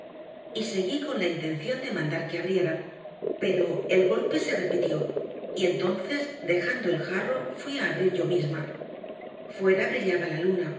sosegándome y seguí con la intención de mandar que abrieran pero el golpe se repitió y entonces dejando el jarro fui a abrir yo misma fuera brillaba la luna